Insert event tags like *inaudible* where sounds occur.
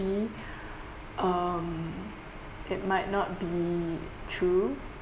be *breath* um it might not be true